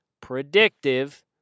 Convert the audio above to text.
predictive